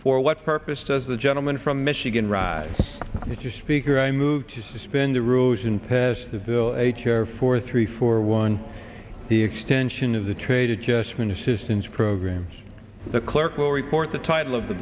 for what purpose does the gentleman from michigan rise mr speaker i move to suspend the rules and pass the bill h r four three four one the extension of the trade adjustment assistance programs the clerk will report the title of the